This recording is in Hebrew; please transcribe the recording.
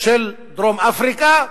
של דרום-אפריקה,